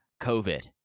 COVID